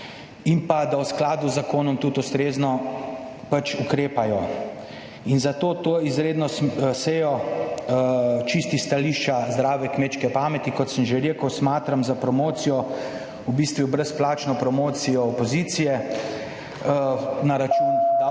in pa da v skladu z zakonom tudi ustrezno pač ukrepajo. Zato to izredno sejo čisti s stališča zdrave kmečke pameti, kot sem že rekel, smatram za promocijo, v bistvu, brezplačno promocijo opozicije na račun